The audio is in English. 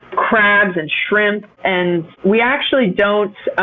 crabs and shrimp. and we actually don't